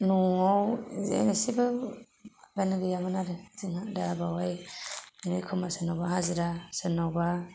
न'आव एसेबोआनो गैयामोन आरो दा बावहाय बिदिनो एखमबा सोरनावबा हाजिरा सोरनावबा